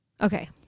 Okay